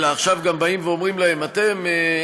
אלא עכשיו גם באים ואומרים להם: אתם,